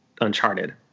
Uncharted